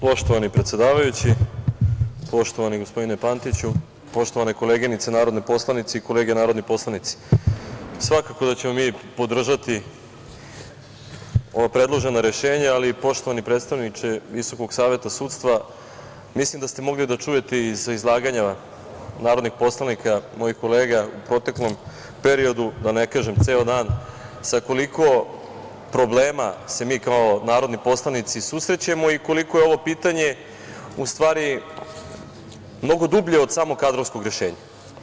Poštovani predsedavajući, poštovani gospodine Pantiću, poštovane koleginice i kolege narodni poslanici, svakako da ćemo mi podržati ova predložena rešenja, ali poštovani predstavniče Visokog saveta sudstva, mislim da ste mogli da čujete iz izlaganja narodnih poslanika, mojih kolega u proteklom periodu, da ne kažem ceo dan, sa koliko problema se mi kao narodni poslanici susrećemo i koliko je ovo pitanje, u stvari mnogo dublje od samog kadrovskog rešenja.